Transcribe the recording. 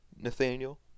Nathaniel